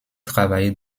travaillé